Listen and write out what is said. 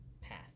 path